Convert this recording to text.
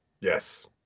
Yes